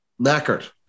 knackered